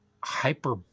hyper